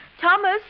Thomas